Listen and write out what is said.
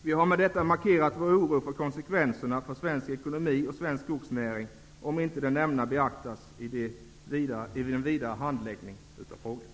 Vi har med detta markerat vår oro för vad som blir konsekvenserna vad gäller svensk ekonomi och svensk skogsnäring om det som här nämnts inte beaktas vid den vidare handläggningen av frågan.